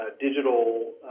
digital